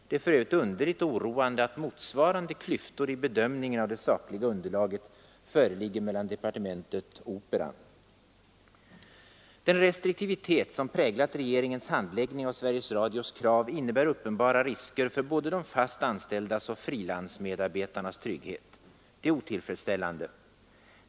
Det är för övrigt underligt och oroande att motsvarande klyftor i bedömningen av det sakliga underlaget föreligger mellan departementet och Operan. Den restriktivitet som präglat regeringens handläggning av Sveriges Radios krav innebär uppenbara risker för både de fast anställdas och frilans-medarbetarnas trygghet. Det är otillfredsställande.